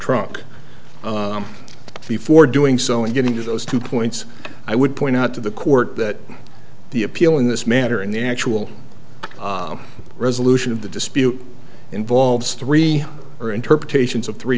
truck before doing so and getting to those two points i would point out to the court that the appeal in this matter and the actual resolution of the dispute involves three or interpretations of three